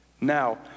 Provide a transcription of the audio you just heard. Now